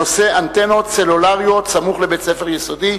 בנושא: אנטנות סלולריות סמוך לבית ספר-יסודי.